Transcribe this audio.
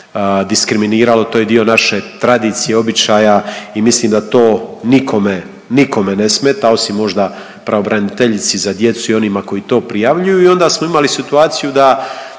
diskriminiralo, to je dio naše tradicije i običaja i mislim da to nikome, nikome ne smeta osim možda pravobraniteljici za djecu i onima koji to prijavljuju i onda smo imali situaciju da